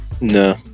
No